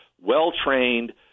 well-trained